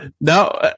No